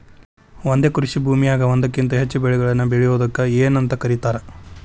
ಒಂದೇ ಕೃಷಿ ಭೂಮಿಯಾಗ ಒಂದಕ್ಕಿಂತ ಹೆಚ್ಚು ಬೆಳೆಗಳನ್ನ ಬೆಳೆಯುವುದಕ್ಕ ಏನಂತ ಕರಿತಾರಿ?